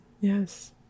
yes